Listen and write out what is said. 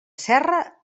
serra